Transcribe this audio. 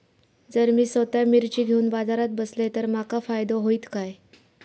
जर मी स्वतः मिर्ची घेवून बाजारात बसलय तर माका फायदो होयत काय?